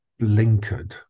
blinkered